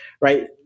right